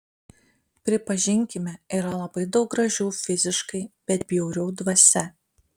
pripažinkime yra labai daug gražių fiziškai bet bjaurių dvasia